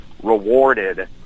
rewarded